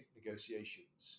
negotiations